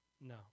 No